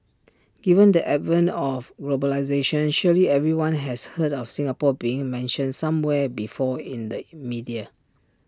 given the advent of globalisation surely everyone has heard of Singapore being mentioned somewhere before in the media